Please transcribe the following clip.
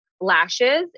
Lashes